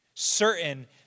Certain